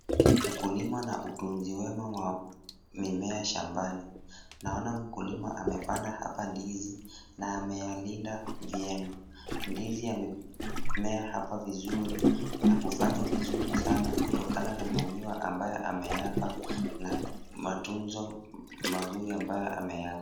Ukulima na utunzi wema wa mimea shambani. Naona mkulima amepanda hapa ndizi na ameyalinda vyema. Ndizi yamemea hapa vizuri na kufanya vizuri sana kutokana na manyua ambayo ameyapa na matunzo mazuri ambayo ameyapa.